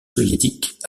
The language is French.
soviétique